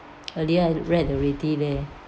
earlier I read already leh